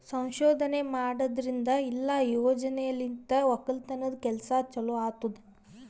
ಸಂಶೋಧನೆ ಮಾಡದ್ರಿಂದ ಇಲ್ಲಾ ಯೋಜನೆಲಿಂತ್ ಒಕ್ಕಲತನದ್ ಕೆಲಸ ಚಲೋ ಆತ್ತುದ್